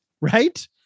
right